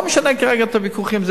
לא משנה כרגע מה הוויכוחים,